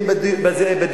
אם זה בדיור,